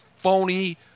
phony